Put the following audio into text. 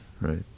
Right